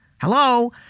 Hello